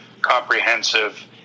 comprehensive